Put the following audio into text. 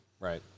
right